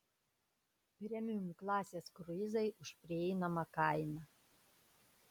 premium klasės kruizai už prieinamą kainą